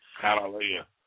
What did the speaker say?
Hallelujah